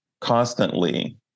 constantly